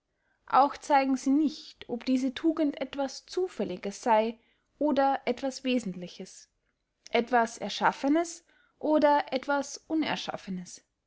auch zeigen sie nicht ob diese tugend etwas zufälliges sey oder etwas wesentliches etwas erschaffenes oder etwas unerschaffenes